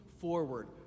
forward